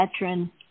veteran